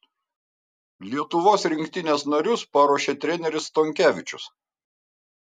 lietuvos rinktinės narius paruošė treneris stonkevičius